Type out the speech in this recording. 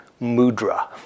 mudra